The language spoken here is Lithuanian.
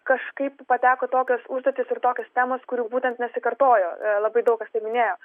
kažkaip pateko tokios užduotys ir tokios temos kurių būtent nesikartojo labai daug kas tai minėjo